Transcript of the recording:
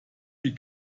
wie